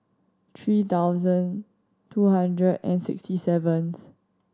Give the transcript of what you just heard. three thousand two hundred and sixty seventh